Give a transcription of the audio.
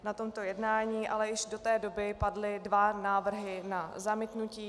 Na tomto jednání ale již do té doby padly dva návrhy na zamítnutí.